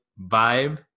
vibe